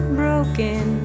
broken